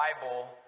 Bible